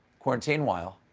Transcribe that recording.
quarantine-while,